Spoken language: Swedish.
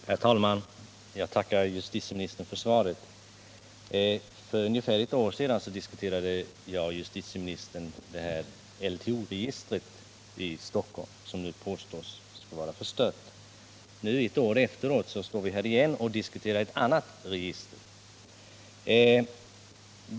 Herr talman! Jag tackar justitieministern för svaret på min fråga. För ungefär ett år sedan diskuterade jag och justitieministern LTO-registret i Stockholm, som nu påstås vara förstört. I dag står vi här igen och diskuterar ett annat register.